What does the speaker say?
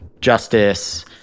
Justice